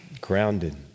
grounded